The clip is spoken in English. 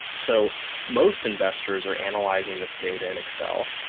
so most investors are analyzing this data in excel.